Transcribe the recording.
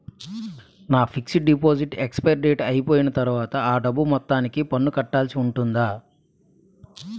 నా fixed deposit expiry date అయిపోయిన తర్వాత అ డబ్బు మొత్తానికి పన్ను కట్టాల్సి ఉంటుందా?